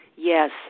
Yes